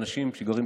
השר.